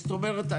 זאת אומרת,